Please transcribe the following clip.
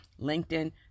LinkedIn